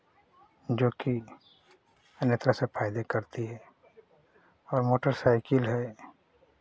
जो कि अन्य तरह से फ़ायदे करती है और मोटरसाइकिल है